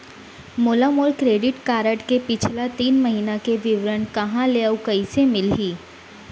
मोला मोर credit card के पिछला तीन महीना के विवरण कहाँ ले अऊ कइसे मिलही?